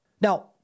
now